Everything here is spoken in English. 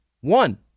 one